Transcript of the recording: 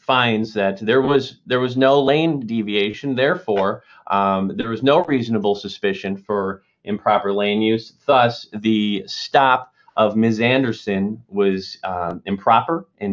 finds that there was there was no lane deviation therefore there was no reasonable suspicion for improper lane use thus the stop of ms anderson was improper and